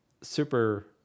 super